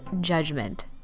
judgment